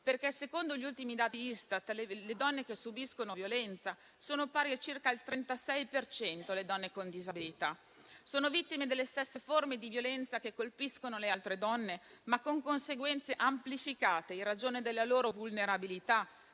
perché secondo gli ultimi dati Istat, le donne con disabilità che subiscono violenza sono pari a circa il 36 per cento. Sono vittime delle stesse forme di violenza che colpiscono le altre donne, ma con conseguenze amplificate in ragione della loro vulnerabilità,